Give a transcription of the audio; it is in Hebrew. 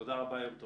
תודה רבה, יום טוב.